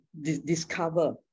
discover